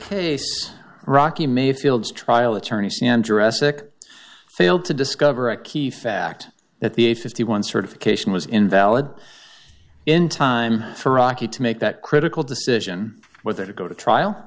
case rocky mayfield's trial attorneys and dress like failed to discover a key fact that the fifty one certification was invalid in time for rocky to make that critical decision whether to go to trial